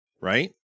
right